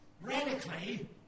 radically